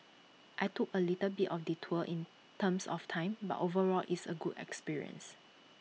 I took A little bit of detour in terms of time but overall it's A good experience